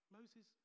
Moses